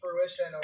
fruition